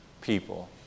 people